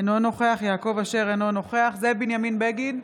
אינו נוכח יעקב אשר, אינו נוכח זאב בנימין בגין,